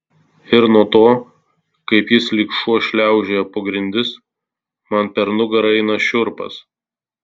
ir nuo to kaip jis lyg šuo šliaužioja po grindis man per nugarą eina šiurpas